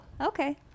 Okay